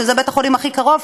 שזה בית-החולים הכי קרוב,